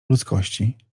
ludzkości